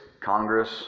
Congress